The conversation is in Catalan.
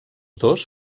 dos